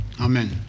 Amen